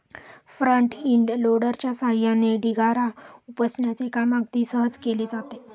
front end लोडरच्या सहाय्याने ढिगारा उपसण्याचे काम अगदी सहज केले जाते